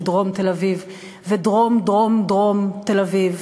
דרום תל-אביב ודרום-דרום-דרום תל-אביב